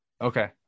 okay